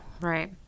Right